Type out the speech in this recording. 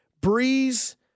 Breeze